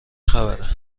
خبره